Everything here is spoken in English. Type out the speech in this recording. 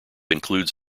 includes